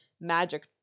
magic